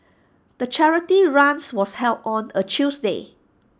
the charity runs was held on A Tuesday